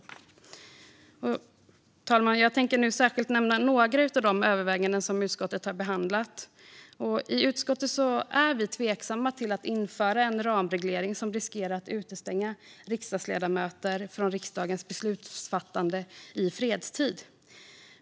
Fru talman! Jag tänker nu särskilt nämna några av de överväganden som utskottet har behandlat. I utskottet är vi tveksamma till att införa en ramreglering som riskerar att utestänga riksdagsledamöter från riksdagens beslutfattande i fredstid.